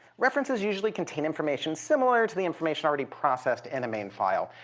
references usually contain information similar to the information already processed in a main file.